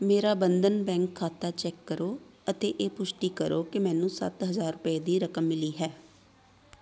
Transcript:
ਮੇਰਾ ਬੰਧਨ ਬੈਂਕ ਖਾਤਾ ਚੈੱਕ ਕਰੋ ਅਤੇ ਇਹ ਪੁਸ਼ਟੀ ਕਰੋ ਕਿ ਮੈਨੂੰ ਸੱਤ ਹਜ਼ਾਰ ਰਪਏ ਦੀ ਰਕਮ ਮਿਲੀ ਹੈ